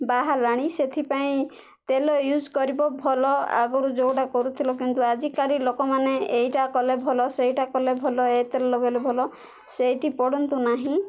ବାହାରିଲାଣି ସେଥିପାଇଁ ତେଲ ୟୁଜ୍ କରିବ ଭଲ ଆଗରୁ ଯେଉଁଟା କରୁଥିଲ କିନ୍ତୁ ଆଜିକାଲି ଲୋକମାନେ ଏଇଟା କଲେ ଭଲ ସେଇଟା କଲେ ଭଲ ଏ ତେଲ ଲଗାଇଲେ ଭଲ ସେଇଠି ପଡ଼ନ୍ତୁ ନାହିଁ